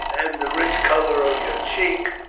and the rich colour of your cheek,